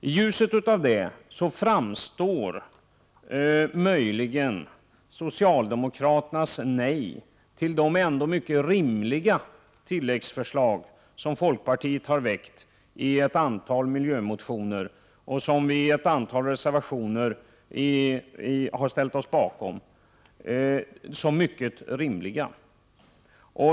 I ljuset av detta framstår socialdemokraternas nej till de ändå mycket rimliga tilläggsförslag som folkpartiet framställt i ett antal miljömotioner, och som vi ställt oss bakom i ett antal reservationer, som mycket egendomligt.